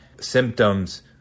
symptoms